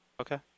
Okay